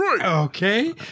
Okay